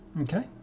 Okay